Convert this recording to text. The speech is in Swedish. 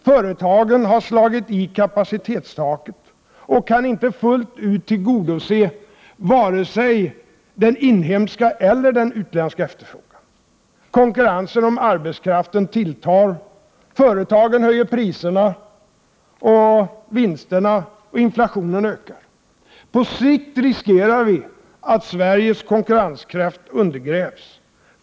Företagen har slagit i kapacitetstaket och kan inte fullt ut tillgodose vare sig den inhemska eller den utländska efterfrågan. Konkurrensen om arbetskraften tilltar. Företagen höjer priserna, vinsterna och inflationen ökar. På sikt riskerar vi att Sveriges konkurrenskraft undergrävs.